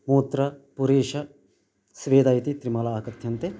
मूत्र पुरीश स्वेद इति त्रिमला अकत्यन्ते